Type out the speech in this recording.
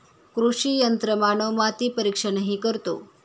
कृषी यंत्रमानव माती परीक्षणही करतो